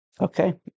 Okay